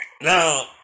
Now